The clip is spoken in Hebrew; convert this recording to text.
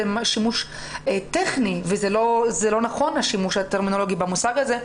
שימוש טכני וזה לא נכון הטרמינולוגיה במושג הזה.